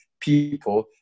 people